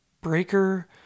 Breaker